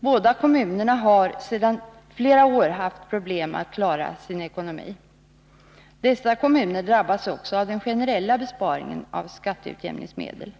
Båda kommunerna har sedan flera år haft problem att klara sin ekonomi. 11 juni 1982 Dessa kommuner drabbas också av den generella besparingen när det gäller skatteutjämningsmedel.